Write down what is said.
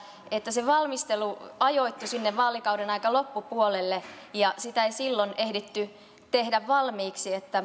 se valmistelu ajoittui sinne vaalikauden aika loppupuolelle ja sitä ei silloin ehditty tehdä valmiiksi